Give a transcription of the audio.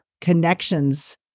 connections